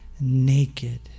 naked